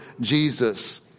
Jesus